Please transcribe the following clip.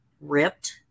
ripped